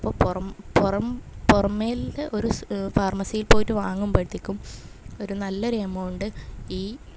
അപ്പം പുറം പുറം പുറമേൽന്ന് ഒരു ഫാർമസീ പോയിട്ട് വാങ്ങുമ്പളത്തേക്കും ഒരു നല്ലൊരെമൗണ്ട് ഈ